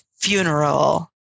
funeral